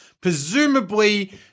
presumably